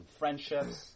friendships